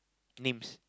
names